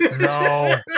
no